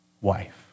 wife